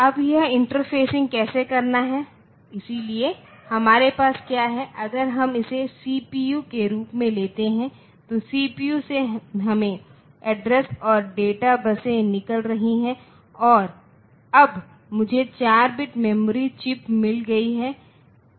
अब यह इंटरफेसिंग कैसे करना है इसलिए हमारे पास क्या है अगर हम इसे सीपीयू के रूप में लेते हैं तो सीपीयू से हमें एड्रेस और डेटा बसें निकल रही हैं अब मुझे 4 बिट मेमोरी चिप्स मिल गए हैं